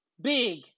Big